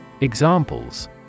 Examples